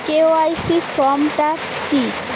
KYC form টা কি?